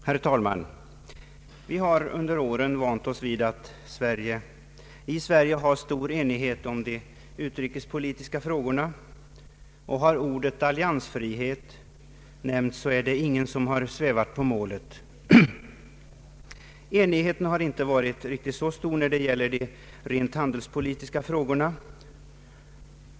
Herr talman! Vi har under åren vant oss vid att i Sverige ha stor enighet om de utrikespolitiska frågorna. Har ordet alliansfrihet nämnts, så är det ingen som svävat på målet. Enigheten har emellertid inte varit riktigt lika stor när det gäller de rent handelspolitiska frågorna.